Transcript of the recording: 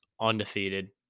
undefeated